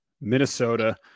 Minnesota